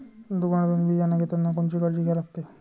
दुकानातून बियानं घेतानी कोनची काळजी घ्या लागते?